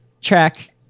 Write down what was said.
track